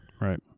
Right